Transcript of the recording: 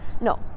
no